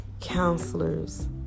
counselors